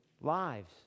lives